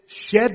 shed